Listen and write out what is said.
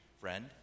friend